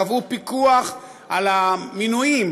קבעו פיקוח על המינויים,